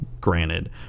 granted